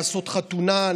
לעשות חתונה,